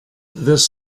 this